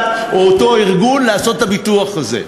או את אותו ארגון לעשות את הביטוח הזה.